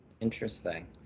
Interesting